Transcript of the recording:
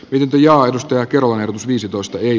yty ja jakeluun viisitoista yli